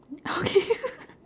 okay